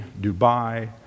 Dubai